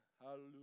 Hallelujah